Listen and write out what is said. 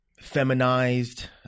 feminized